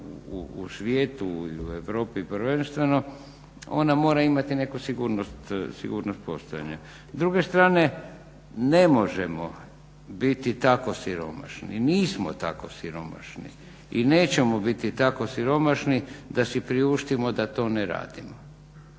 u svijetu i u Europi prvenstveno ona mora imati neku sigurnost postojanja. S druge strane ne možemo biti tako siromašni, nismo tako siromašni i nećemo biti tako siromašni da si priuštimo da to ne radimo.